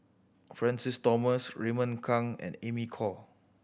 Francis Thomas Raymond Kang and Amy Khor